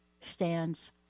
stands